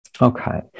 Okay